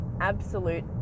absolute